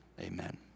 Amen